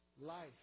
life